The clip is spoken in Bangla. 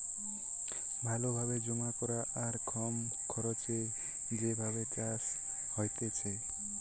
ভালো ভাবে জমা করা আর কম খরচে যে ভাবে চাষ হতিছে